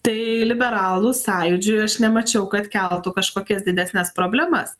tai liberalų sąjūdžiui aš nemačiau kad keltų kažkokias didesnes problemas